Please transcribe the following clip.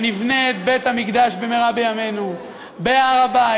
ונבנה את בית-המקדש במהרה בימינו בהר-הבית,